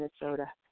Minnesota